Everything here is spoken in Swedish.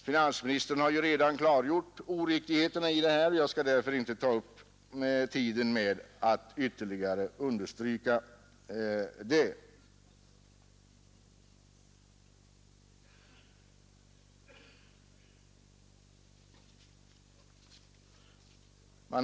Finansministern har redan klargjort oriktigheten i detta förfarande. Jag skall därför inte uppta ledamöternas tid ytterligare med att understryka detta.